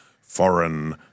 foreign